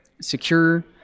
secure